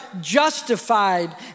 justified